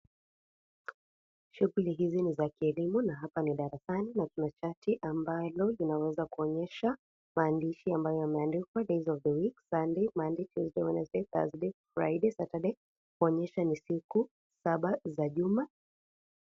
Shughuli hizi ni za kielimu na hapa ni darasani na kuna chati ambalo linaweza kuonyesha maandishi ambayo yameandikwa days of the week, Sunday, Monday, Tuesday, Wednesday, Thursday, Friday, Saturday kuonyesha ni siku saba za juma.